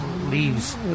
leaves